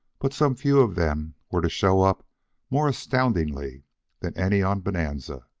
but some few of them were to show up more astoundingly than any on bonanza.